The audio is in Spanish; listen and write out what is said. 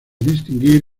distinguir